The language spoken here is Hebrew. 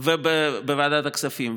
ובוועדת הכספים,